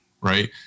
Right